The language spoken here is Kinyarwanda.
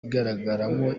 igaragaramo